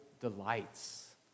delights